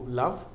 love